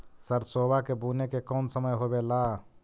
सरसोबा के बुने के कौन समय होबे ला?